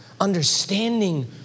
understanding